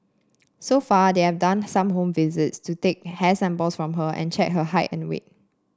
so far they've done some home visits to take hair samples from her and check her height and weight